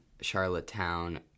Charlottetown